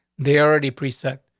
they already precept.